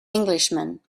englishman